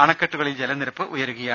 അണക്കെട്ടുകളിൽ ജലനിരപ്പ് ഉയരുകയാണ്